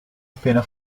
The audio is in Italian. appena